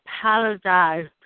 apologize